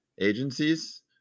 agencies